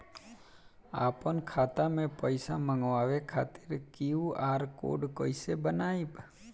आपन खाता मे पईसा मँगवावे खातिर क्यू.आर कोड कईसे बनाएम?